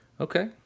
Okay